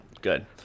good